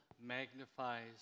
magnifies